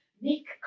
Make